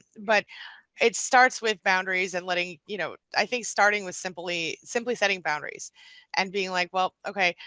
but it starts with boundaries and letting you know, i think starting with simply. simply setting boundaries and being like well, okay,